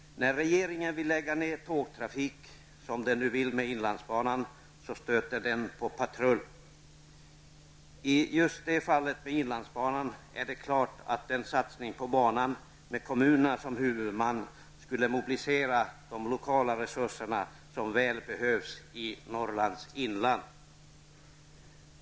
När regeringen vill lägga ner tågtrafik, som nu när det gäller inlandsbanan, stöter man på patrull. I just fallet med inlandsbanan är det klart att en satsning på banan, med kommunerna som huvudman, skulle mobilisera de lokala resurser som så väl behövs i Norrlands inland.